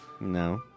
No